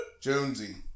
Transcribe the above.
Jonesy